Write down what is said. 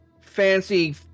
fancy